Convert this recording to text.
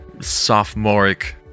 sophomoric